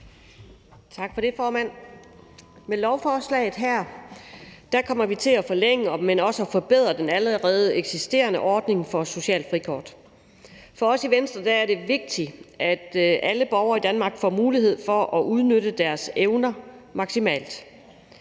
Med lovforslaget her kommer vi til at forlænge, men også forbedre den allerede eksisterende ordning for socialt frikort. For os i Venstre er det vigtigt, at alle borgere i Danmark får mulighed for at udnytte deres evner maksimalt.